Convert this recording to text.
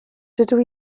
dydw